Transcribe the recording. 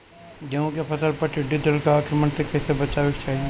गेहुँ के फसल पर टिड्डी दल के आक्रमण से कईसे बचावे के चाही?